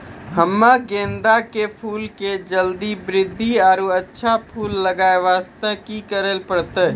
हम्मे गेंदा के फूल के जल्दी बृद्धि आरु अच्छा फूल लगय वास्ते की करे परतै?